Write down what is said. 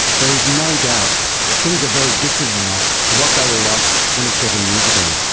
there is no doubt that things are very different now to what they were like twenty seven years ago.